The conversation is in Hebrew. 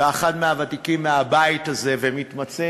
אתה אחד מהוותיקים בבית הזה ומתמצא